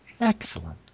Excellent